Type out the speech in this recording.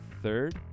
Third